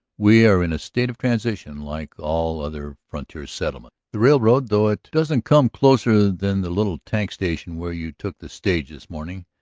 we are in a state of transition, like all other frontier settlements. the railroad, though it doesn't come closer than the little tank station where you took the stage this morning,